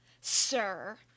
sir